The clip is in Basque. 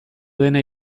dena